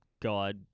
God